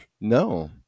No